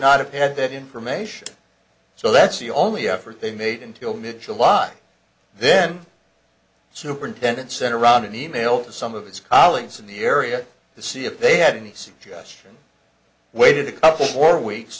not have had that information so that's the only effort they made until mid july then superintendent sent around an e mail to some of his colleagues in the area to see if they had any suggestion waited a couple more weeks